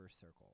circle